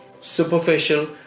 Superficial